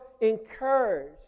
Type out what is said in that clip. encouraged